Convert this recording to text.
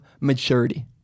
maturity